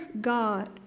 God